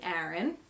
Aaron